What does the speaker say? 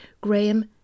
Graham